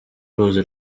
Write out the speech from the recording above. ruzi